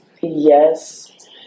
Yes